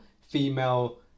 female